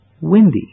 Windy